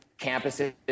campuses